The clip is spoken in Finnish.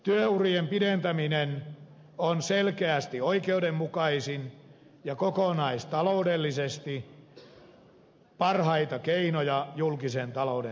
työurien pidentäminen on selkeästi oikeudenmukaisin ja kokonaistaloudellisesti parhaita keinoja julkisen talouden tervehdyttämiseksi